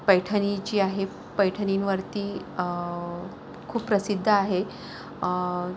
पैठणी जी आहे पैठणींवरती खूप प्रसिद्ध आहे